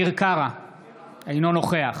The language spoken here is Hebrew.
אינו נוכח